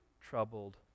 troubled